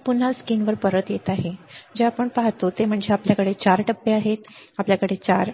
तर पुन्हा स्क्रीनवर परत येत आहे जे आपण पाहतो ते म्हणजे आपल्याकडे 4 टप्पे आहेत आपल्याकडे 4